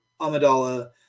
Amidala